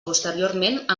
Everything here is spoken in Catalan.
posteriorment